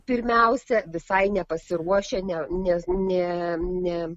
pirmiausia visai nepasiruošę ne ne ne ne